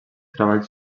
treball